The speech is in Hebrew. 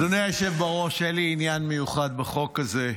אדוני היושב-ראש, אין לי עניין מיוחד בחוק הזה.